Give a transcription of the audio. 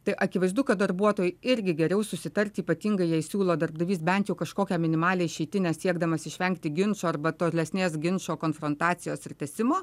tai akivaizdu kad darbuotojui irgi geriau susitarti ypatingai jei siūlo darbdavys bent jau kažkokią minimalią išeitinę siekdamas išvengti ginčo arba tolesnės ginčo konfrontacijos ir tęsimo